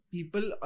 People